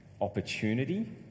Opportunity